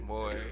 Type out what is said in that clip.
Boy